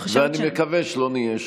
ואני מקווה שלא נהיה שם.